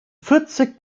vierzig